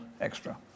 extra